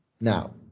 Now